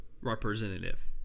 representative